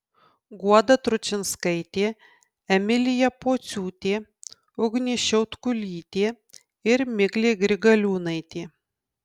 guoda tručinskaitė emilija pociūtė ugnė šiautkulytė ir miglė grigaliūnaitė